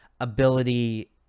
ability